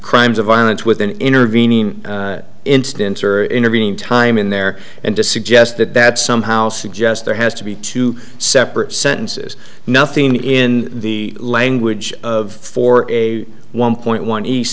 crimes of violence with an intervening instance or intervening time in there and to suggest that that somehow suggest there has to be two separate sentences nothing in the language of four a one point one east